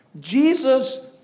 Jesus